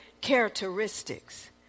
characteristics